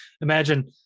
imagine